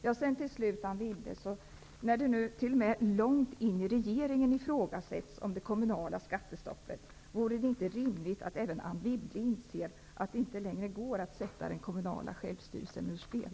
Till slut, Anne Wibble, när det t.o.m. långt in i regeringen ifrågasätts om det kommunala skattestoppet är bra, vore det inte rimligt att även Anne Wibble inser att det inte längre går att sätta den kommunala självstyrelsen ur spel?